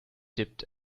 dipped